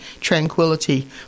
tranquility